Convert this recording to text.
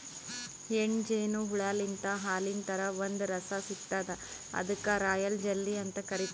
ಹೆಣ್ಣ್ ಜೇನು ಹುಳಾಲಿಂತ್ ಹಾಲಿನ್ ಥರಾ ಒಂದ್ ರಸ ಸಿಗ್ತದ್ ಅದಕ್ಕ್ ರಾಯಲ್ ಜೆಲ್ಲಿ ಅಂತ್ ಕರಿತಾರ್